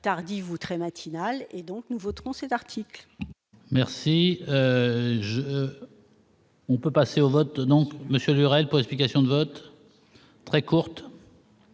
tardive ou très matinale et donc nous voterons cet article. Merci. On peut passer au vote non Monsieur Lurel postulation de vote très courte.